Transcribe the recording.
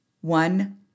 One